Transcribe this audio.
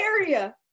area